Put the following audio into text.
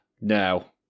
Now